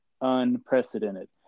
unprecedented